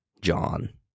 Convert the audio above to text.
John